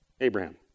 Abraham